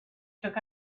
took